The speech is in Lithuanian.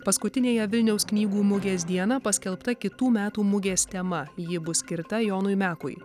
paskutinėje vilniaus knygų mugės dieną paskelbta kitų metų mugės tema ji bus skirta jonui mekui